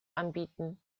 anbieten